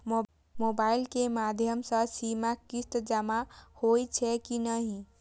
Mobile के माध्यम से सीमा किस्त जमा होई छै कि नहिं?